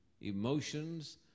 emotions